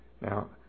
Now